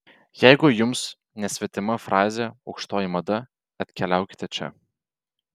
jeigu jums nesvetima frazė aukštoji mada atkeliaukite čia